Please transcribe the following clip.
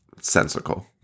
sensical